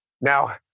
Now